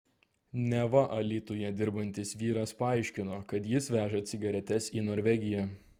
neva alytuje dirbantis vyras paaiškino kad jis veža cigaretes į norvegiją